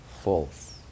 False